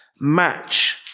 match